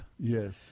Yes